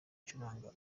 acuranga